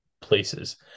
places